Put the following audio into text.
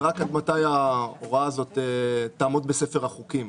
זה רק עד מתי ההוראה הזאת תעמוד בספר החוקים,